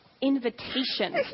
invitation